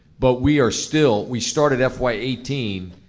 but we are still, we started fy eighteen,